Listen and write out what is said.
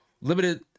limited